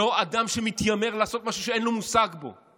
לא אדם שמתיימר לעשות משהו שאין לו מושג בו.